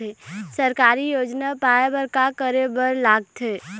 सरकारी योजना पाए बर का करे बर लागथे?